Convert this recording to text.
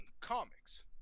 comics